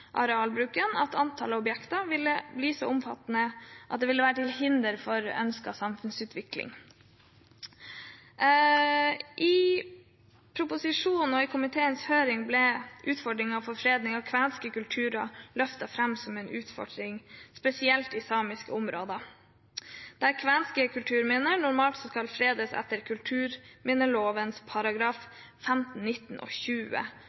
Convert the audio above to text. arealbruken, og at antallet objekter kunne bli så omfattende at det ville være til hinder for en ønsket samfunnsutvikling. I proposisjonen og i komiteens høring ble fredning av kvenske kulturminner løftet fram som en utfordring, spesielt i samiske områder, der kvenske kulturminner normalt skal fredes etter kulturminneloven §§ 15, 19 og 20,